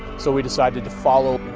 so we decided to follow,